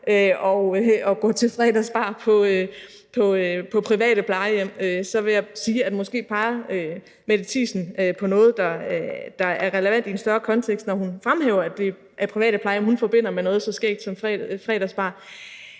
og gå til fredagsbar på private plejehjem. Så vil jeg sige, at måske peger Mette Thiesen på noget, der er relevant i en større kontekst, når hun fremhæver, at det er private plejehjem, hun forbinder med noget så skægt som fredagsbar,